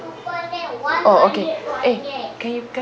oh okay eh can you guys